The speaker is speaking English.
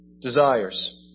desires